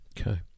okay